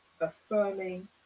affirming